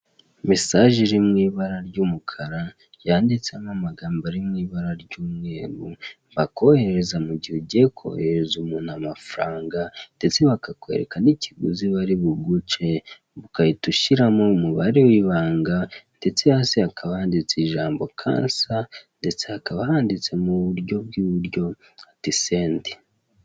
Mesaje iri mu ibara ry'umukara ryanditsemo amagambo ari mu ibara ry'umweru bakoherereza mu gihe ugiye koherereza umuntu amafaranga ndetse bakakwereka n'ikiguzi bari buguce, ukahita ushyiramo umubare w'ibanga ndetse hasi hakaba handitse ijambo kansa, ndetse hakaba handitse mu buryo bw'iburyo ati "sendi".